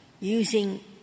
Using